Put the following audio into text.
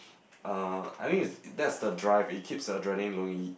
uh I think is that's the drive it keeps your adrenaline